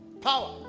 Power